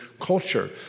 culture